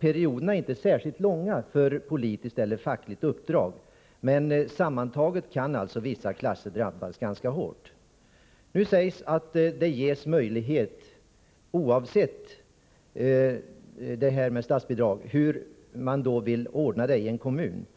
Perioderna för politiskt eller fackligt uppdrag är inte särskilt långa, men sammantaget kan alltså vissa klasser drabbas ganska hårt. Nu sägs att det ges möjlighet att sätta in vikarier och att kommunen kan ordna detta oavsett statsbidraget.